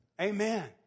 Amen